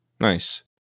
nice